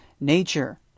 nature